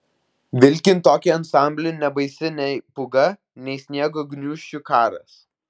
vilkint tokį ansamblį nebaisi nei pūga nei sniego gniūžčių karas